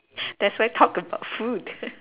that's why talk about food